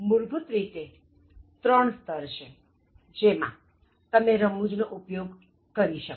મૂળભૂત રીતે ત્રણ સ્તર છેજેમાં તમે રમૂજ નો ઉપયોગ કરી શકો